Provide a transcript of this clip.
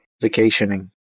vacationing